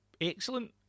excellent